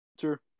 Sure